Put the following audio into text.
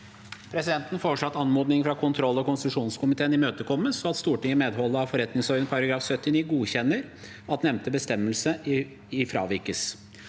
Presidenten foreslår at anmodningen fra kontrollog konstitusjonskomiteen imøtekommes, og at Stortinget i medhold av forretningsordenen § 79 godkjenner at nevnte bestemmelse fravikes.